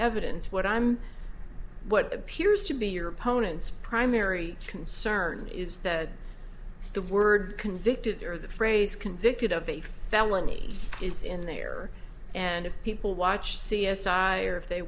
evidence what i'm what appears to be your opponent's primary concern is that the word convicted or the phrase convicted of a felony is in there and if people watch c s i or if they